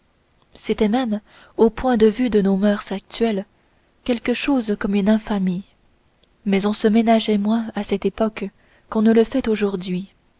c'était même au point de vue de nos moeurs actuelles quelque chose comme une infamie mais on se ménageait moins à cette époque qu'on ne le fait aujourd'hui